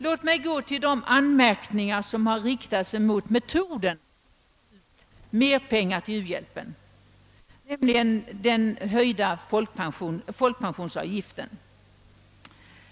Låt mig övergå till de anmärkningar som riktats emot metoden att ta ut mer pengar till u-hjälpen, nämligen den höjda folkpensionsavgiften.